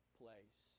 place